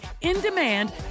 in-demand